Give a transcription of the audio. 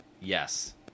yes